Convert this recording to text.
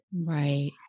Right